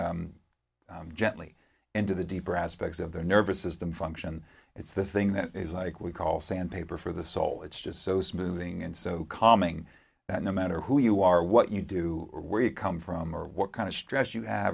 very gently into the deeper aspects of their nervous system function it's the thing that is like we call sandpaper for the soul it's just so smoothing and so calming that no matter who you are what you do or where you come from or what kind of stress you